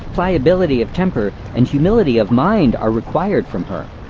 pliability of temper, and humility of mind, are required from her.